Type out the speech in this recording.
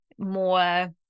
more